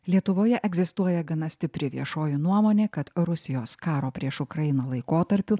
lietuvoje egzistuoja gana stipri viešoji nuomonė kad rusijos karo prieš ukrainą laikotarpiu